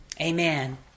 Amen